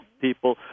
people